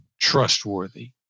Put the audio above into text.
trustworthy